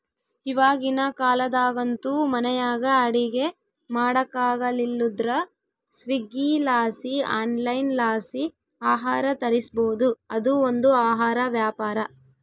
ಇವಾಗಿನ ಕಾಲದಾಗಂತೂ ಮನೆಯಾಗ ಅಡಿಗೆ ಮಾಡಕಾಗಲಿಲ್ಲುದ್ರ ಸ್ವೀಗ್ಗಿಲಾಸಿ ಆನ್ಲೈನ್ಲಾಸಿ ಆಹಾರ ತರಿಸ್ಬೋದು, ಅದು ಒಂದು ಆಹಾರ ವ್ಯಾಪಾರ